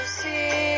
see